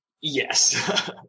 yes